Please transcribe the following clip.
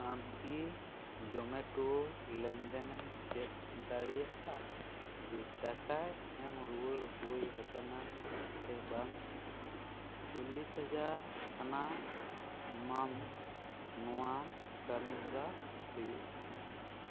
ᱟᱢ ᱠᱤ ᱡᱚᱢᱮᱴᱳ ᱞᱮᱱᱫᱮᱱᱮᱢ ᱪᱮᱫ ᱫᱟᱲᱮᱭᱟᱜᱼᱟ ᱡᱮ ᱴᱟᱠᱟ ᱮᱢ ᱨᱩᱭᱟᱹᱲ ᱦᱳᱭ ᱟᱠᱟᱱᱟ ᱥᱮ ᱵᱟᱝ ᱪᱚᱞᱞᱤᱥ ᱦᱟᱡᱟᱨ ᱟᱱᱟᱜ ᱢᱟᱱᱛᱷ ᱱᱚᱶᱟ ᱠᱟᱹᱢᱤᱦᱚᱨᱟ ᱦᱩᱭᱩᱜ ᱠᱟᱱᱟ